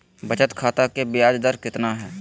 बचत खाता के बियाज दर कितना है?